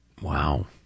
Wow